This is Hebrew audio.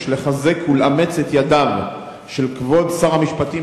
לחזק ולאמץ את ידיו של כבוד שר המשפטים,